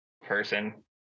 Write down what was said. person